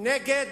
נגד